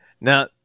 Now